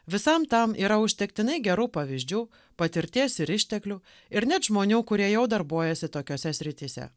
visam tam yra užtektinai gerų pavyzdžių patirties ir išteklių ir net žmonių kurie jau darbuojasi tokiose srityse